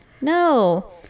No